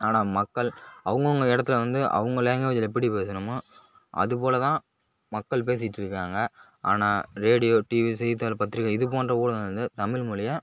ஆனால் மக்கள் அவங்கவுங்க இடத்துல வந்து அவங்க லாங்வேஜில் எப்படி பேசணுமோ அதுபோல் தான் மக்கள் பேசிட்டு இருக்காங்க ஆனால் ரேடியோ டிவி செய்தித்தாள் பத்திரிக்கை இது போன்ற ஊடகங்கள் வந்து தமிழ்மொழியை